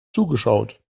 zugeschaut